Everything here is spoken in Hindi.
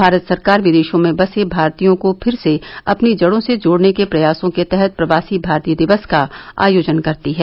भारत सरकार विदशों में बसे भारतीयों को फिर से अपनी जड़ों से जोड़ने के प्रयासों के तहत प्रवासी भारतीय दिवस का आयोजन करती है